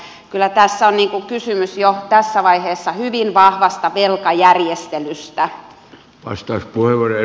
kyllä tässä on kysymys jo tässä vaiheessa hyvin vahvasta velkajärjestelystä